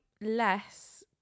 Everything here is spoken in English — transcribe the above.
less